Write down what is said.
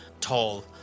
tall